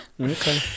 okay